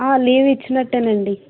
leave ఇచ్చినట్టేనండి